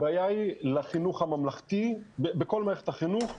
הבעיה היא לחינוך הממלכתי בכל מערכת החינוך,